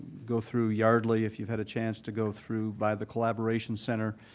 go through yardley, if you've had a chance to go through by the collaboration center,